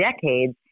decades